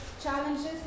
challenges